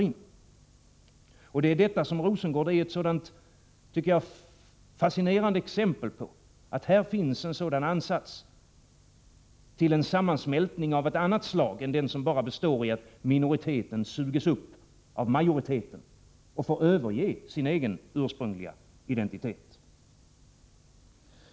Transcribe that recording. Jag tycker att Rosengård är ett sådant fascinerande exempel på att det här finns en ansats till en sammansmältning av ett annat slag än den som bara består i att minoriteten sugs upp av majoriteten och får överge sin egen ursprungliga identitet.